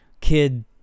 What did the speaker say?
kid